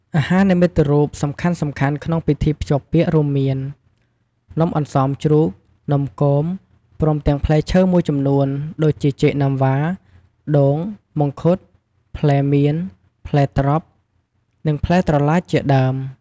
អាហារនិមិត្តរូបសំខាន់ៗក្នុងពិធីភ្ជាប់ពាក្យ រួមមាន៖ នំអន្សមជ្រូក នំគម ព្រមទាំងផ្លែឈើមួយចំនួន ដូចជាចេកណាំវ៉ា ដូង មង្ឃុត ផ្លែមាន ផ្លែត្រប់ និងផ្លែត្រឡាចជាដើម។